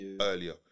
earlier